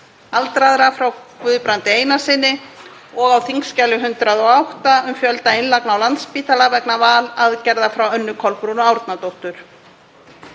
aldraðra, frá Guðbrandi Einarssyni, og á þskj. 108, um fjölda innlagna á Landspítala vegna valaðgerða, frá Önnu Kolbrúnu Árnadóttur.